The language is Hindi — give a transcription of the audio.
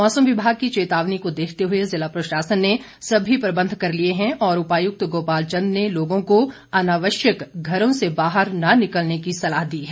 मौसम विभाग की चेतावनी को देखते हुए जिला प्रशासन ने सभी प्रबंध कर लिए हैं और उपायुक्त गोपाल चंद ने लोगों को अनावश्यक घरों से बाहर न निकलने की सलाह दी है